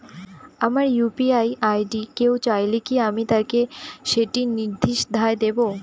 আমার UPI ID কেউ চাইলে কি আমি তাকে সেটি নির্দ্বিধায় দেব?